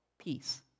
Peace